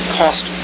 cost